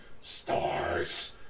stars